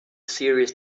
serious